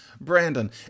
Brandon